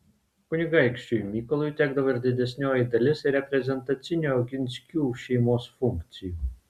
kunigaikščiui mykolui tekdavo ir didesnioji dalis reprezentacinių oginskių šeimos funkcijų